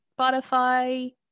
spotify